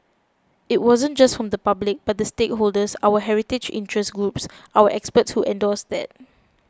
it wasn't just from the public but the stakeholders our heritage interest groups our experts who endorsed that